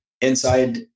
inside